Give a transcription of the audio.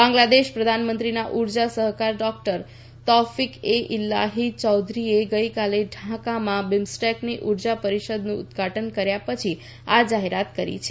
બાંગ્લાદેશના પ્રધાનમંત્રીના ઉર્જા સલાહકાર ડોક્ટર તૌફીક એ ઈલાહી ચૌધરીએ ગઈકાલે ઢાકામાં બિમસ્ટેકની ઉર્જા પરીષદનું ઉદઘાટન કર્યા પછી આ જાહેરાત કરી છે